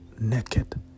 naked